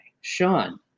Sean